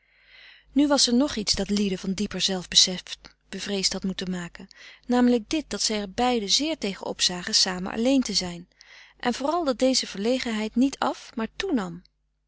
nu was er nog iets dat lieden van dieper zelfbesef bevreesd had moeten maken namelijk dit dat zij er beiden zeer tegen opzagen samen alleen te zijn en vooral dat deze verlegenheid niet af maar toenam